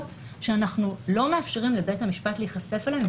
שאנחנו לא מאפשרים לבית המשפט להיחשף אליהן,